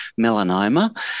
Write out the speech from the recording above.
melanoma